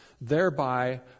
thereby